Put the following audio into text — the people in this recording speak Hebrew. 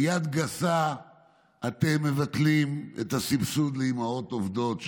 ביד גסה אתם מבטלים את הסבסוד לאימהות עובדות,